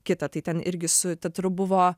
kitą tai ten irgi su teatru buvo